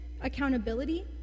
accountability